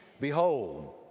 Behold